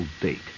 date